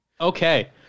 Okay